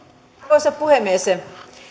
arvoisa puhemies